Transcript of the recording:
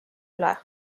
üle